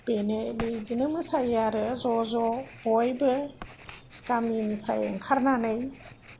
बेनो बेदिनो मोसायो आरो ज'ज' बयबो गामिनिफ्राय ओंखारनानै